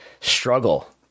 struggle